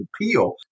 appeal